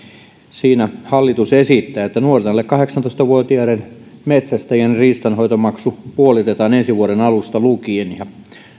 hallitus esittää että nuorten alle kahdeksantoista vuotiaiden metsästäjien riistanhoitomaksu puolitetaan ensi vuoden alusta lukien